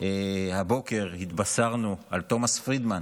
הבוקר התבשרנו על תומס פרידמן,